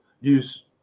use